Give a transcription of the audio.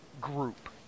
group